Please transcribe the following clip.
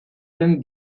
den